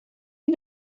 you